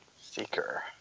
Seeker